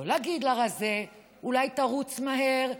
לא להגיד לרזה: אולי תרוץ מהר,